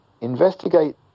investigate